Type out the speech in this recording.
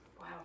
Wow